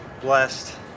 blessed